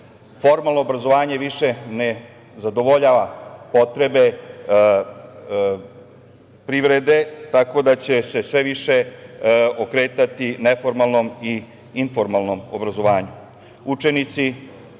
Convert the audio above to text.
Formalno obrazovanje više ne zadovoljava potrebe privrede, tako da će se sve više okretati neformalnom i informalnom obrazovanju. Učenje